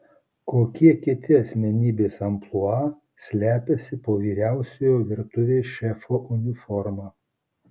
kokie kiti asmenybės amplua slepiasi po vyriausiojo virtuvės šefo uniforma